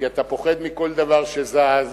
כי אתה פוחד מכל דבר שזז.